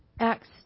Acts